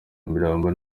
nyamirambo